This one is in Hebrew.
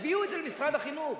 הביאו את זה למשרד החינוך,